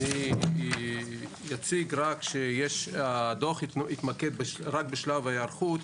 אציג שהדוח התמקד רק בשלב ההיערכות,